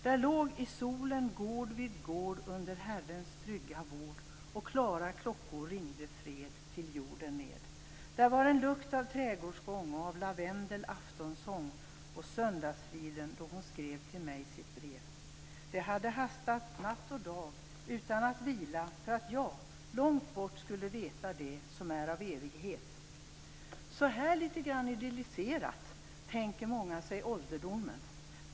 Där låg i solen gård vid gård inunder Herrens trygga vård, och klara klockor ringde fred till jorden ned. Där var en lukt av trädgårdsgång och av lavendel, aftonsång, och söndagsfriden då hon skrev till mig sitt brev. Det hade hastat natt och dag, utan att vila, för att jag långt borta skulle veta det som är från evighet. Så här litet grand idylliserat tänker många sig ålderdomen.